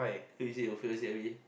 so is it you feels that way